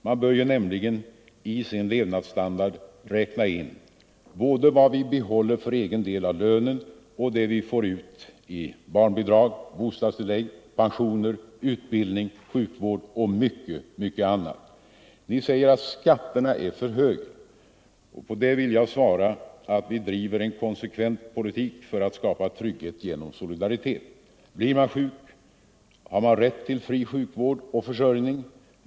Man bör nämligen i sin levnadsstandard räkna in både vad man får behålla för egen del av lönen och vad man får ut i barnbidrag, bostadstillägg, pensioner, utbildning, sjukvård och mycket annat. Ni säger att skatterna är för höga. På det vill jag svara att vi driver en konsekvent politik för att skapa trygghet genom solidaritet. Blir man sjuk har man rätt till fri sjukvård och försörjning.